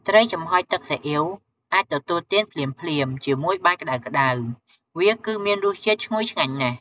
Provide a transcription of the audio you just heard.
ត្រីចំហុយទឹកស៊ីអ៊ីវ អាចទទួលទានភ្លាមៗ ជាមួយបាយក្តៅៗ វាគឺមានរសជាតិឈ្ងុយឆ្ងាញ់ណាស់។